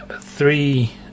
three